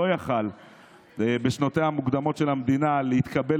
לא יכול היה בשנותיה המוקדמות של המדינה להתקבל